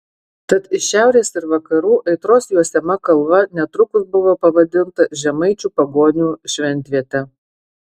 tad iš šiaurės ir vakarų aitros juosiama kalva netrukus buvo pavadinta žemaičių pagonių šventviete